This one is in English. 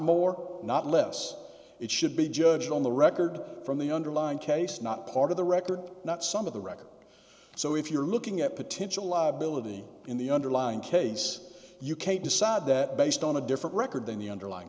more not less it should be judged on the record from the underlying case not part of the record not some of the record so if you're looking at potential liability in the underlying case you can't decide that based on a different record than the underlyin